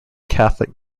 catholic